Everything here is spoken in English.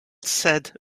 said